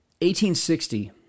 1860